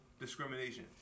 discrimination